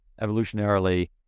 evolutionarily